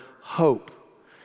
hope